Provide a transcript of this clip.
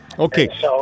Okay